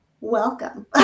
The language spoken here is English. welcome